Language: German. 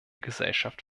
gesellschaft